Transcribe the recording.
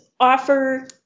offer